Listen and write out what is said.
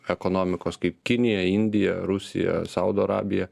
ekonomikos kaip kinija indija rusija saudo arabija